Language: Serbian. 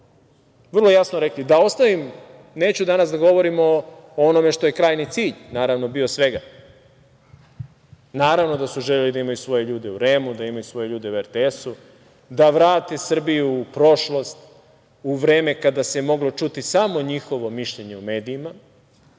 vrlo jasno rekli, da ostavim, neću danas da govorim o onome što je krajnji cilj bio svega. Naravno da su želeli da imaju svoje ljude u REM-u, da imaju svoje ljude u RTS-u, da vrate Srbiju u prošlost, u vreme kada se moglo čuti samo njihovo mišljenje o medijima